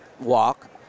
walk